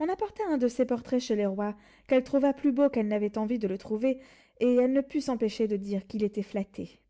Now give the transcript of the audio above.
on apporta un de ses portraits chez le roi qu'elle trouva plus beau qu'elle n'avait envie de le trouver et elle ne put s'empêcher de dire qu'il était flatté